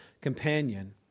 companion